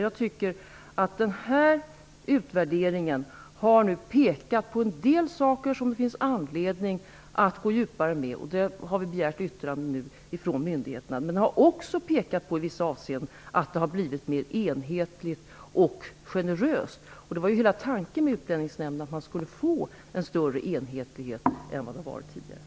Jag tycker att utvärderingen har pekat på en del frågor som det finns anledning att gå djupare in på. Vi har begärt in yttranden från myndigheter. Utvärderingen har också pekat på att det i vissa avseenden har blivit mera enhetligt och generöst. Tanken med Utlänningsnämnden var att man skulle få större enhetlighet än vad det har varit tidigare.